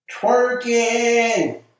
Twerking